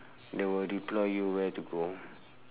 they will reply you where to go